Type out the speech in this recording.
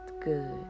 good